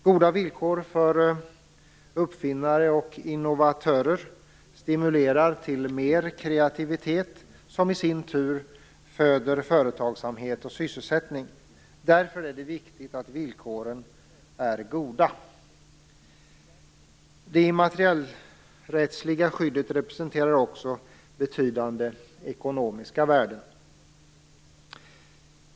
Goda villkor för uppfinnare och innovatörer stimulerar till mer kreativitet, som i sin tur föder företagsamhet och sysselsättning. Därför är det viktigt att villkoren är goda. Det immaterialrättsliga skyddet representerar också betydande ekonomiska värden.